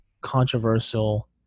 controversial